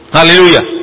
Hallelujah